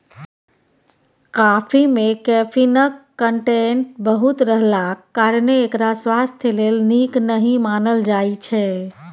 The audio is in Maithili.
कॉफी मे कैफीनक कंटेंट बहुत रहलाक कारणेँ एकरा स्वास्थ्य लेल नीक नहि मानल जाइ छै